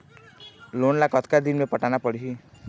Loan ला कतका दिन मे पटाना पड़ही?